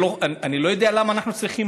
אני לא יודע למה אנחנו צריכים